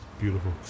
Beautiful